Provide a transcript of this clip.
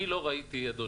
אני לא ראיתי אדוני,